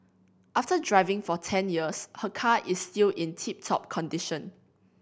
after driving for ten years her car is still in tip top condition